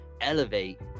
elevate